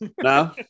No